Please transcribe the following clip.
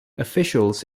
officials